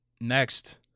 Next